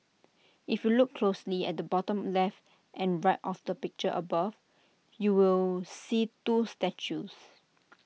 if you look closely at the bottom left and right of the picture above you will see two statues